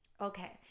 Okay